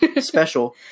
special